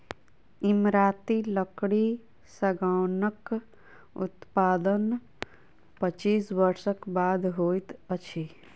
इमारती लकड़ी सागौनक उत्पादन पच्चीस वर्षक बाद होइत अछि